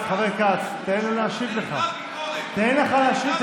לא הייתה מילה